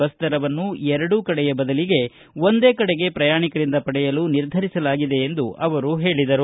bus ದರವನ್ನು ಎರಡೂ ಕಡೆಯ ಬದಲಿಗೆ ಒಂದೇ ಕಡೆಗೆ ಪ್ರಯಾಣಿಕರಿಂದ ಪಡೆಯಲು ನಿರ್ಧರಿಸಲಾಗಿದೆ ಎಂದು ಹೇಳಿದರು